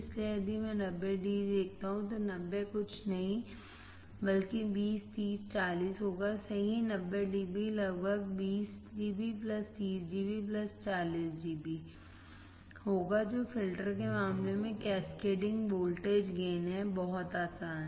इसलिए यदि मैं 90 dB देखता हूं तो 90 कुछ नहीं बल्कि 20 30 और 40 होगा सही 90 dB लगभग 20 dB 30 dB 40 dB होगा जो फिल्टर के मामले में कैस्केडिंग वोल्टेज गेन है बहुत आसान